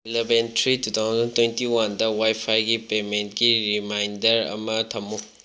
eleven three two thousand twenty ꯋꯥꯟꯗ ꯋꯥꯏꯐꯥꯏꯒꯤ ꯄꯦꯃꯦꯟꯀꯤ ꯔꯤꯃꯥꯏꯟꯗꯔ ꯑꯃ ꯊꯝꯃꯨ